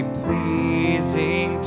pleasing